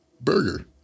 burger